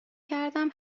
کردم